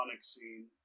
scene